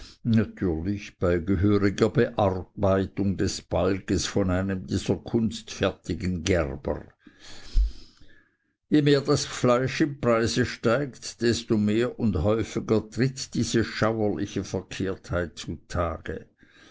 natürlich bei gehöriger bearbeitung des balges von einem dieser kunstfertigen gerber je mehr das fleisch im preise steigt desto mehr und häufiger tritt diese schauerliche verkehrtheit zu